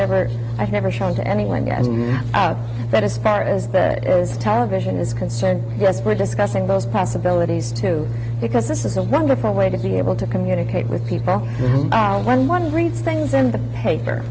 never i have never shown to anyone that as far as that is television is concerned yes we're discussing those possibilities too because this is a wonderful way to be able to communicate with people when one reads things in the paper